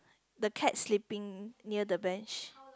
the cat sleeping near the bench